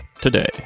Today